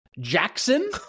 Jackson